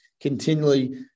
continually